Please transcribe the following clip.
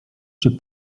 czy